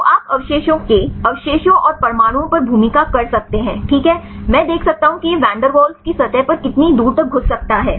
तो आप अवशेषों के अवशेषों और परमाणुओं पर भूमिका कर सकते हैं ठीक है मैं देख सकता हूं कि यह वैन देर वॉल्स की सतह पर कितनी दूर तक घुस सकता है